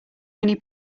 many